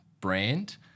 brand